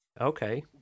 Okay